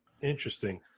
Interesting